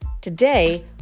Today